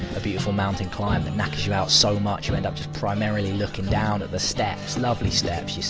a beautiful mountain climb that knackers you out so much, you end up just primarily looking down at the steps. lovely steps,